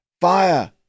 Fire